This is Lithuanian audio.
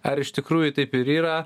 ar iš tikrųjų taip ir yra